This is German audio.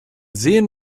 sehen